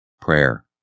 Prayer